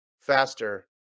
faster